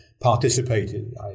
participated